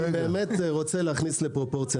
אני רוצה להכניס לפרופורציה.